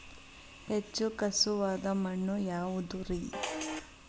ಹೆಚ್ಚು ಖಸುವಾದ ಮಣ್ಣು ಯಾವುದು ರಿ?